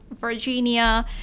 Virginia